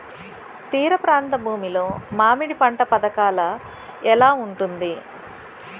తీర ప్రాంత భూమి లో మామిడి పంట పథకాల ఎలా ఉంటుంది?